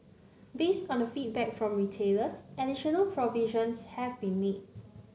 based on the feedback from retailers additional provisions have been made